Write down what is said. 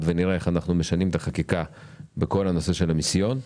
ונראה איך אנחנו משנים את החקיקה בכל הנושא של המיסיון,